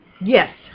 Yes